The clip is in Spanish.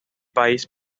país